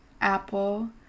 apple